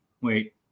wait